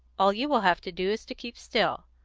all you will have to do is to keep still.